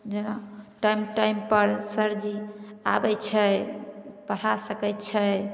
जेना टाइम टाइमपर सरजी आबय छै पढ़ा सकय छै